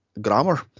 Grammar